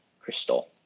Crystal